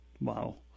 wow